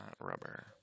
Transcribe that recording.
rubber